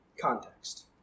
Context